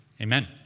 Amen